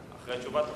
אחרי תשובת השר.